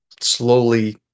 slowly